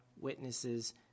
witnesses